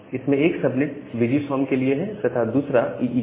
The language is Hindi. इसमें एक सबनेट वीजीसॉम के लिए है तथा दूसरा ईई के लिए